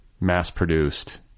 mass-produced